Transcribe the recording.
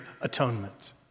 atonement